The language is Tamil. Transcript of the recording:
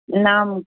நாம்